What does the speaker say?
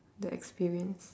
the experience